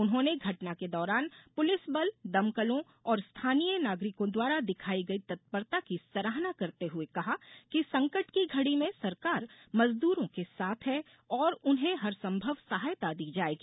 उन्होंने घटना के दौरान पुलिस बल दमकलों और स्थानीय नागरिकों द्वारा दिखाई गई तत्परता की सराहना करते हुए कहा कि संकट की घड़ी में सरकार मजदूरों के साथ है और उन्हें हरसंभव सहायता दी जायेगी